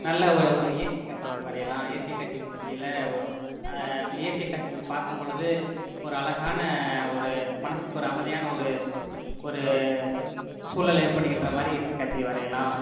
நல்ல ஒரு ஒரு இயற்கை காட்சிகள் வரையலாம் இயற்கை காட்சிகள் மத்தியில் ஓ அந்த இயற்கை காட்சிகள் பார்க்கும்பொழுது ஒரு அழகான ஒரு மனதுக்கு ஒரு அமைதியான ஒரு ஸ் ஒரு சூழல் ஏற்படுகின்ற மாதிரி இயற்கை காட்சிகள் வரையலாம்